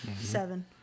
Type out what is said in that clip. seven